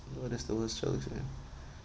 what is the worst travel experience